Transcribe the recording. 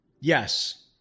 Yes